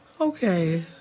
Okay